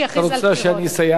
את רוצה שאני אסייע לך טיפה?